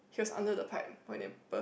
he was under the pipe when it burst